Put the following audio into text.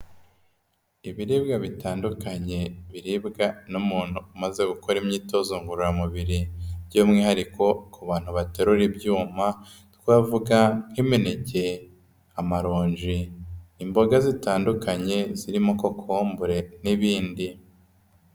Ibiribwa bitandukanye biribwa n'umuntu umaze gukora imyitozo ngororamubiri by'umwihariko ku bantu baterura ibyuma, twavuga nk'imineke, amaronji, imboga zitandukanye zirimo Kokombure n'ibindi.